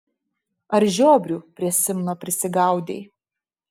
ar žiobrių prie simno prisigaudei